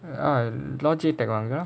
ah logitech வாங்கலாம்:vaangalaam